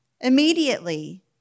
immediately